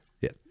Yes